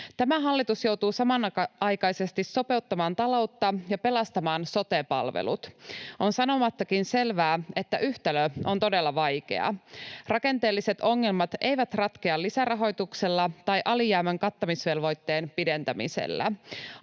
Tämä hallitus joutuu samanaikaisesti sopeuttamaan taloutta ja pelastamaan sote-palvelut. On sanomattakin selvää, että yhtälö on todella vaikea. Rakenteelliset ongelmat eivät ratkea lisärahoituksella tai alijäämän kattamisvelvoitteen pidentämisellä.